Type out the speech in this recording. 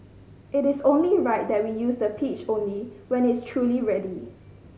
it is only right that we use the pitch only when it's truly ready